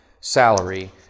salary